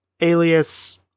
alias